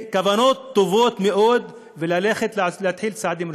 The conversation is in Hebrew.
מכוונות טובות מאוד, ללכת, להתחיל צעדים ראשונים.